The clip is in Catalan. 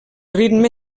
ritme